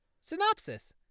Synopsis